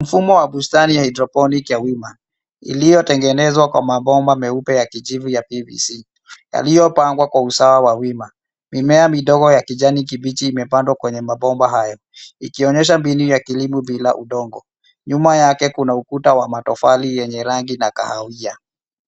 Mfumo wa bustani ya hydroponic ya wima, uliotengenezwa kwa mabomba meupe ya kijivu ya PVC , yaliyopangwa kwa usawa wa wima. Mimea midogo ya kijani kibichi imepandwa kwenye mabomba haya, ikionyesha mbinu ya kilimo bila udongo. Nyuma yake kuna ukuta wa matofali yenye rangi ya kahawia.